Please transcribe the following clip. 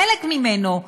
חלק ממנו,